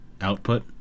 output